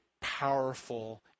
powerful